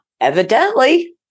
Evidently